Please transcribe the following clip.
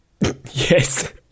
Yes